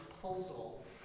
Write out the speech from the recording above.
proposal